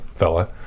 fella